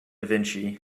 vinci